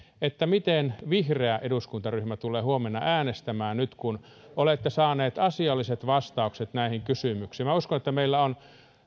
miten vihreä eduskuntaryhmä tulee huomenna äänestämään nyt kun olette saaneet asialliset vastaukset näihin kysymyksiin minä uskon että meillä on